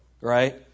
right